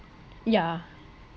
yeah